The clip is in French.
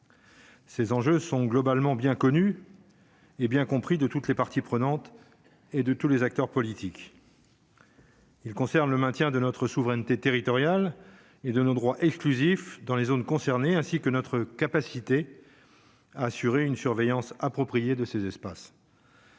Ces enjeux sont globalement bien connu et bien compris de toutes les parties prenantes et de tous les acteurs politiques. Il concerne le maintien de notre souveraineté territoriale et de nos droits exclusifs dans les zones concernées ainsi que notre capacité à assurer une surveillance appropriée de ces espaces.